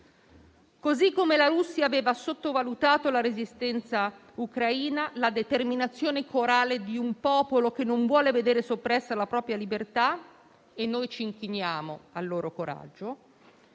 conflitti. La Russia aveva sottovalutato la resistenza ucraina, la determinazione corale di un popolo che non vuole vedere soppressa la propria libertà; noi ci inchiniamo al loro coraggio